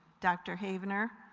dr. havener,